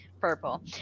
purple